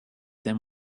than